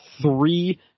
three